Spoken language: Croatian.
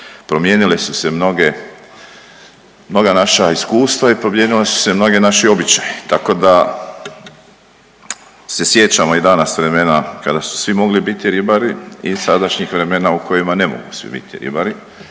promijenile su se mnoga naša iskustva i promijenili su se mnogi naši običaji, tako da se sjećamo i danas vremena kada su svi mogli biti ribari i sadašnjih vremena u kojima ne mogu svi biti ribari